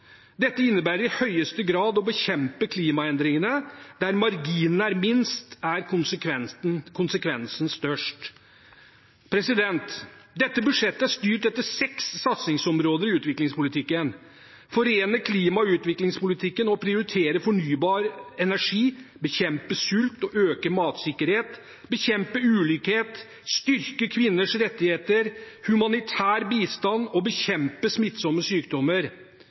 Dette innebærer i høyeste grad å bekjempe klimaendringene – der marginene er minst, er konsekvensen størst. Dette budsjettet er styrt etter seks satsingsområder i utviklingspolitikken: forene klima- og utviklingspolitikken og prioritere fornybar energi bekjempe sult og øke matsikkerheten bekjempe ulikhet styrke kvinners rettigheter humanitær bistand bekjempe smittsomme sykdommer